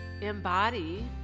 embody